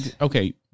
Okay